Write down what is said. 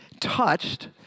touched